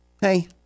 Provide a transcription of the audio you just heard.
Hey